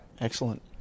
Excellent